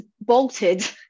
bolted